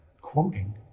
quoting